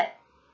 that